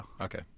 Okay